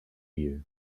you